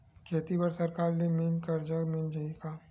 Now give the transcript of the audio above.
खेती बर सरकार ले मिल कर्जा मिल जाहि का?